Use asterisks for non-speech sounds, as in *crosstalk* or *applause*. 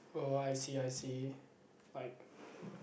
oh I see I see like *breath*